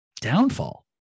Downfall